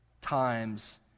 times